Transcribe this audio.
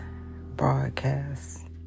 broadcast